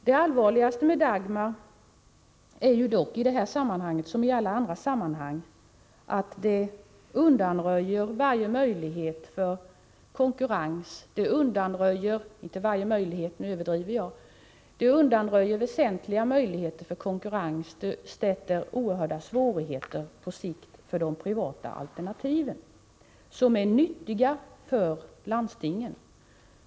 Det allvarligaste med Dagmaröverenskommelsen är ju dock i det här Nr 12 sammanhanget, som i alla andra sammanhang, att den undanröjer väsentliga Fredagen den möjligheter — inte varje möjlighet — till konkurrens och skapar oerhörda 19 oktober 1984 svårigheter på sikt för de privata alternativen, som är nyttiga också för landstingen.